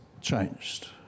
changed